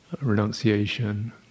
renunciation